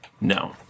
No